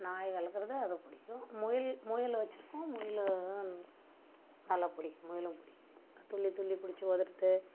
நாய் வளர்க்குறது அதுவும் பிடிக்கும் முயல் முயல் வச்சிருக்கோம் முயல் நல்லா பிடிக்கும் முயலும் பிடிக்கும் துள்ளி துள்ளி பிடிச்சி ஓடுகிறது